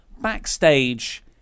backstage